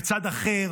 ולצד אחר